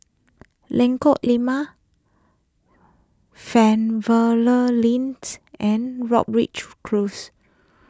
Lengkok Lima Fernvale Link and Close